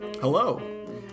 Hello